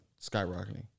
skyrocketing